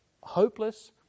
hopeless